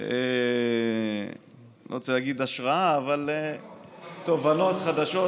אני חושב שהיה נחמד אם חברי כנסת,